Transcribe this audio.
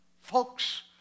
Folks